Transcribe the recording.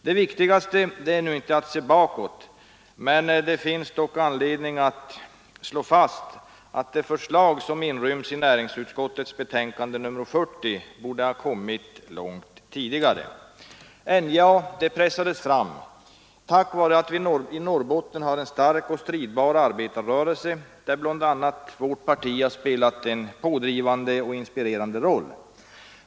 Det viktigaste nu är inte att se bakåt, men det finns anledning att slå fast att det förslag som inryms i näringsutskottets betänkande nr 40 borde ha kommit långt tidigare. NJA pressades fram tack vare att vi i Norrbotten har en stark och stridbar arbetarrörelse, där vårt parti spelat en pådrivande och inspirerande roll.